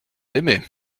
aimez